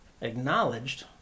acknowledged